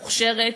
מוכשרת,